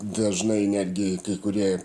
dažnai netgi kai kurie